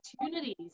opportunities